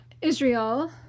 Israel